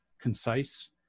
concise